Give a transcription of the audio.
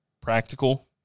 practical